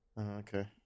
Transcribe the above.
Okay